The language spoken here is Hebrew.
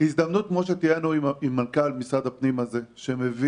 זו הזדמנות לעשות את זה עם מנכ"ל משרד הפנים הזה שמבין,